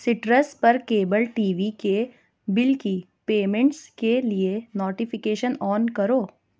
سٹرس پر cable T V کے bill کی پیمنٹس کے لیے نوٹیفیکیشن آن کرو